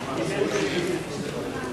אכיפה, מעצרים)